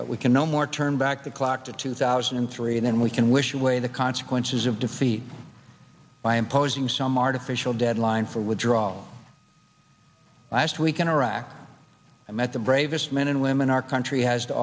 but we can no more turn back the clock to two thousand and three and then we can wish away the consequences of defeat by imposing some artificial deadline for withdrawal last week in iraq i met the bravest men and women our country has to